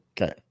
Okay